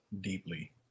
deeply